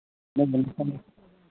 ꯅꯪꯅ ꯃꯐꯝꯗꯨ